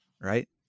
right